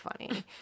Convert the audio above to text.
funny